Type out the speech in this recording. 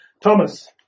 Thomas